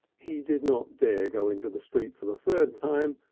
he did not dare go into the street for the third time,